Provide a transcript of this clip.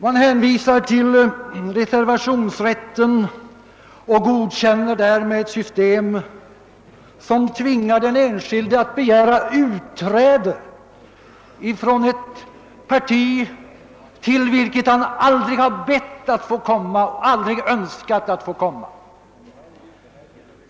Man hänvisar till reservationsrätten och godkänner därmed ett system som tvingar den enskilde att begära utträde ur ett parti till vilket han aldrig bett att få komma och aldrig önskat få komma.